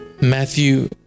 Matthew